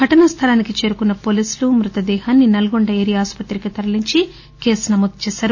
ఘటనా స్టలానికి చేరుకొన్న పోలీసులు మృత దేహాన్ని నల్గొండ ఏరియా ఆస్పత్రికి తరలించి కేసు నమోదు చేశారు